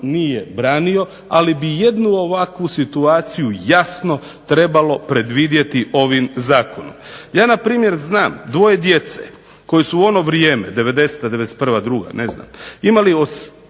nije branio ali bi jednu ovakvu situaciju jasno trebalo predvidjeti ovim zakonom. Ja na primjer znam dvoje djece koji su u ono vrijeme devedeseta, devedeset